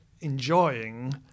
enjoying